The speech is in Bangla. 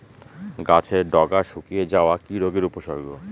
গাছের ডগা শুকিয়ে যাওয়া কি রোগের উপসর্গ?